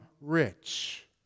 rich